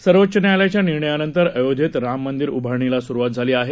सर्वोच्च न्यायालयाच्या निर्णयानंतर अयोध्येत राममंदिर उभारणीला सुरुवात झाली आहे